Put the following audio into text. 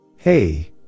Hey